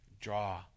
draw